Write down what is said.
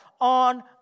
on